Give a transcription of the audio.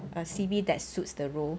a C_V that suits the role